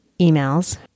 emails